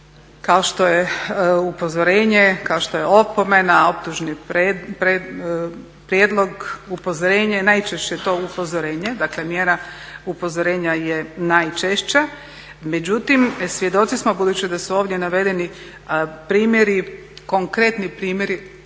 kao što je upozorenje, kao što je opomena, optužni prijedlog, upozorenje, najčešće je to upozorenje. Dakle, mjera upozorenja je najčešća. Međutim, svjedoci smo budući da su ovdje navedeni primjeri, konkretni primjeri